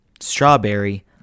strawberry